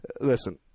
Listen